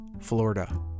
Florida